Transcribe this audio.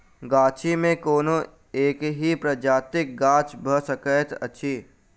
गाछी मे कोनो एकहि प्रजातिक गाछ भ सकैत अछि